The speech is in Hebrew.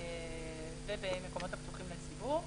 ובמקומות הפתוחים לציבור.